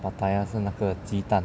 pattaya 是那个鸡蛋